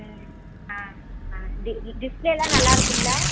ம் ஆ ஆ டி டி டிஸ்ப்ளேலாம் நல்லா இருக்கும்ல